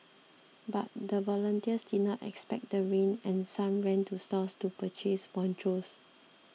but the volunteers did not expect the rain and some ran to stores to purchase ponchos